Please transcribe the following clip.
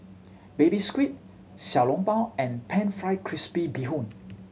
Baby Squid Xiao Long Bao and Pan Fried Crispy Bee Hoon